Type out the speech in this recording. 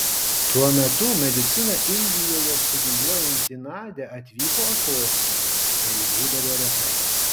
tuo metu mediciną indijoje studijuojanti nadia atvyko atostogų tai būdavo retai